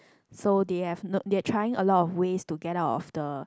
so they have no they are trying a lot of ways to get out of the